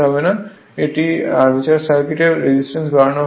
সুতরাং আর্মেচার সার্কিটে রেজিস্ট্যান্স বাড়ানো হয়